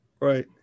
Right